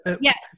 Yes